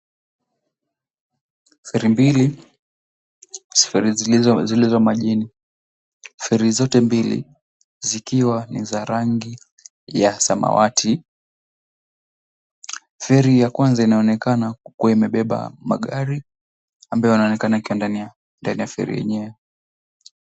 Feri mbili, feri zilizo majini, feri zote mbili zikiwa na rangi ya samawati feri ya kwanza inaonekana kuwa imebeba magari ambayo yanaonekana yakiwa ndani ya feri yenyewe.